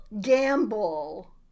gamble